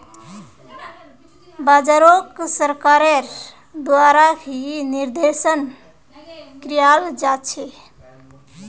बाजारोक सरकारेर द्वारा ही निर्देशन कियाल जा छे